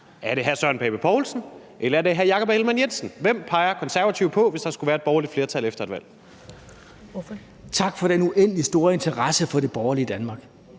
Er det hr. Søren Pape Poulsen, eller er det hr. Jakob Ellemann-Jensen? Hvem peger Konservative på, hvis der skulle være et borgerligt flertal efter et valg? Kl. 16:06 Første næstformand (Karen Ellemann)